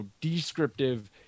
descriptive